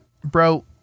Bro